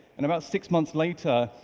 and about six months later,